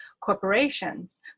corporations